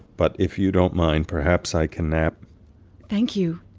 but if you don't mind, perhaps i can nap thank you.